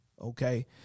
okay